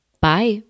Bye